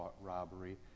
robbery